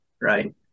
right